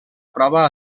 prova